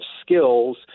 skills